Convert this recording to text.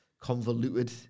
convoluted